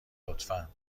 لطفا